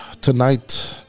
tonight